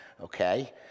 okay